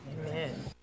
Amen